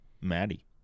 Maddie